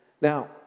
Now